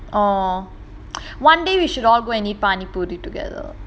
oh one day we should all go and eat paani poori together